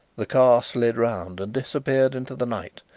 the car slid round and disappeared into the night,